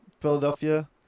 Philadelphia